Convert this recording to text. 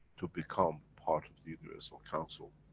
to become part of the universal council.